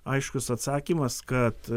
aiškus atsakymas kad